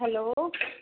hello